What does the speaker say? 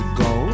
go